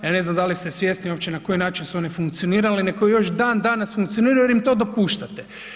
Ja ne znam da li ste svjesni uopće na koji način su one funkcionirale i na koji još dan danas funkcioniraju jer im to dopuštate.